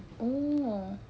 oh